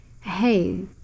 hey